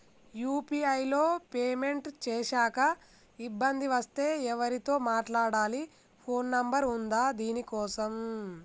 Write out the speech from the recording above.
UPI లో payment చేశాక ఇబ్బంది వస్తే ఎవరితో మాట్లాడాలి? ఫోన్ నంబర్ ఉందా దీనికోసం?